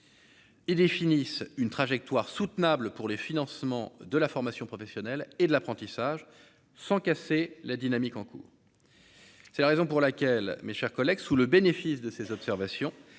Et définissent une trajectoire soutenable pour les financements de la formation professionnelle et de l'apprentissage sans casser la dynamique en cours, c'est la raison pour laquelle mes chers collègues sous le bénéfice de ces observations,